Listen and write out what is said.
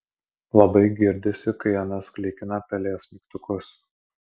labai girdisi kai anas klikina pelės mygtukus